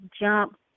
jump